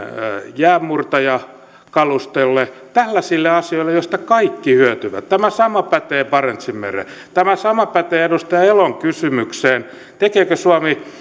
jäänmurtajakalustolle tällaisia asioita joista kaikki hyötyvät tämä sama pätee barentsinmereen tämä sama pätee edustaja elon kysymykseen tekeekö suomi